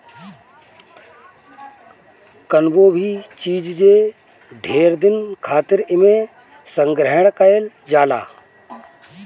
कवनो भी चीज जे ढेर दिन खातिर एमे संग्रहण कइल जाला